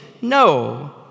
No